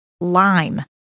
lime